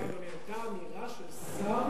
היתה אמירה של שר